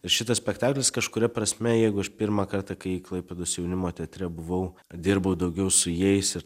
šitas spektaklis kažkuria prasme jeigu aš pirmą kartą kai klaipėdos jaunimo teatre buvau dirbau daugiau su jais ir